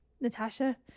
Natasha